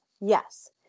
Yes